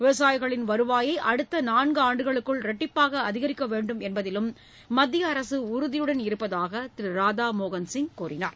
விவசாயிகளின் வருவாயை அடுத்த நான்காண்டுகளுக்குள் இரட்டிப்பாக அதிகரிக்க வேண்டும் என்பதிலும் மத்திய அரசு உறுதியுடன் இருப்பதாக திரு ராதா மோகன் சிங் கூறினார்